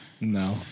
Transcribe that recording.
No